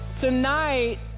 Tonight